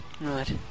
right